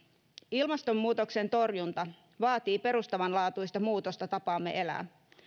ilmastonmuutoksen torjunta vaatii perustavanlaatuista muutosta tapaamme elää